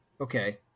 okay